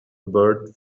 bird